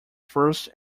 first